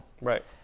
Right